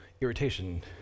irritation